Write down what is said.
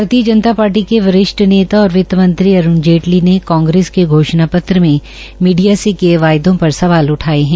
भारतीय जनता पार्टी के वरिष्ठ नेता और वितमंत्री अरूण जेटली ने कांग्रेस के घोषणा पत्र में मीडिया से किए वायदों पर सवाल उठाये है